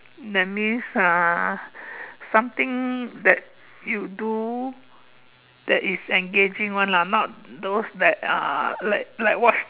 that means uh something that you do that is engaging [one] lah not those uh like like watch